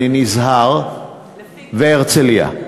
והרצלייה.